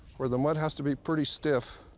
where the mud has to be pretty stiff,